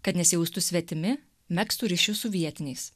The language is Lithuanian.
kad nesijaustų svetimi megztų ryšius su vietiniais